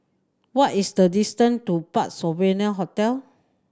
what is the distance to Parc Sovereign Hotel